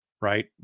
right